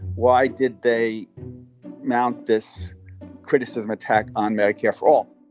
why did they mount this criticism, attack on medicare for all?